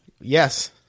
Yes